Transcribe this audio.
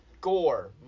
gore